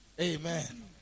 Amen